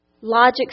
Logic